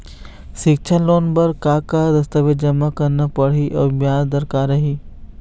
सिक्छा लोन बार का का दस्तावेज जमा करना पढ़ही अउ ब्याज दर का रही?